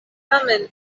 tamen